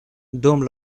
dum